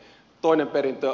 toinen perintö